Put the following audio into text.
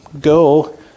Go